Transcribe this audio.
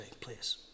please